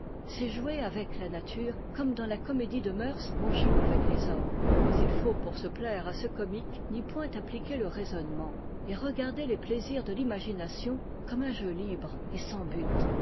c'est jouer avec la nature comme dans la comédie de mœurs on joue avec les hommes mais il faut pour se plaire à ce comique n'y point appliquer le raisonnement et regarder les plaisirs de l'imagination comme un jeu libre et sans but